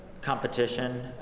competition